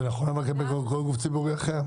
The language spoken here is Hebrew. אבל זה נכון גם לגבי כל גוף ציבורי אחר.